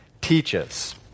teaches